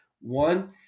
One